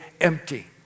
empty